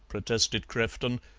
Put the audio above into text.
protested crefton,